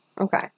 Okay